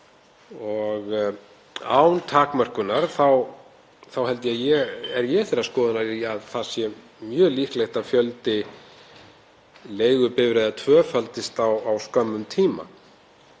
Án takmörkunar er ég þeirrar skoðunar að það sé mjög líklegt að fjöldi leigubifreiða tvöfaldist á skömmum tíma.